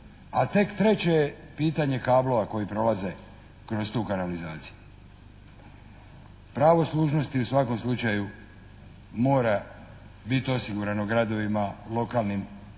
a tek treće je pitanje kablova koji prolaze kroz tu kanalizaciju. Pravo služnosti u svakom slučaju mora biti osigurano gradovima, lokalnim jedinicama.